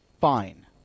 fine